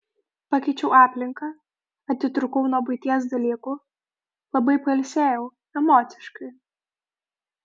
pakeičiau aplinką atitrūkau nuo buities dalykų labai pailsėjau emociškai